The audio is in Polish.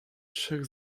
trzech